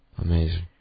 Amazing